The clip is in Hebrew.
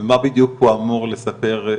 ומה בדיוק הוא אמור לספר,